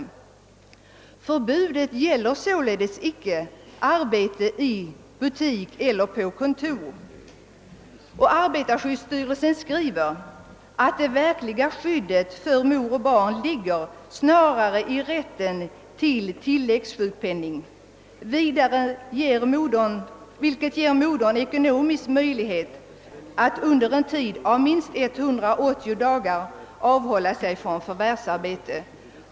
Förbudet gäller sålunda inte arbete i butik eller på kontor. Arbetarskyddsstyrelsen skriver att det verkliga skyddet för mor och barn snarare ligger i rätten till tilläggssjukpenning, vilken ger modern ekonomisk möjlighet att under en tid av minst 180 dagar avhålla sig från förvärvsarbete.